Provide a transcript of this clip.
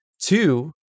Two